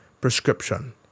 prescription